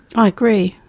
i agree,